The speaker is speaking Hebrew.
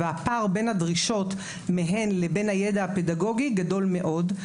והפער בין הדרישות מהן לבין הידע הפדגוגי גדול מאוד,